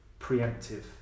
preemptive